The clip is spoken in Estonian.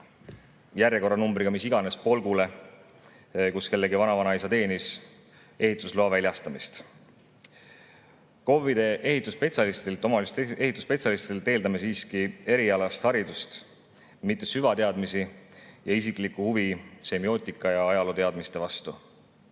järjekorranumbriga mis iganes polgule, kus kellegi vanavanaisa teenis, ehitusloa väljastamisest. Kohaliku omavalitsuse ehitusspetsialistilt eeldame siiski erialast haridust, mitte süvateadmisi ja isiklikku huvi semiootika ja ajalooteadmiste vastu.